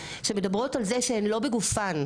שמדברות על זה שהן לא בגופן,